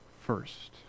first